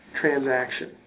transaction